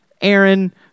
Aaron